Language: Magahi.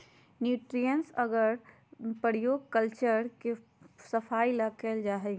न्यूट्रिएंट्स अगर के प्रयोग कल्चर के सफाई ला कइल जाहई